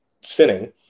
sinning